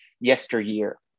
yesteryear